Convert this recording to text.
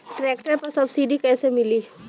Tractor पर subsidy कैसे मिली?